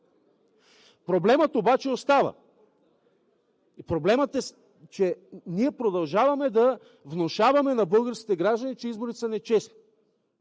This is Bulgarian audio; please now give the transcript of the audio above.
Проблемът обаче остава. Проблемът е, че ние продължаваме да внушаваме на българските граждани, че изборите са нечестни,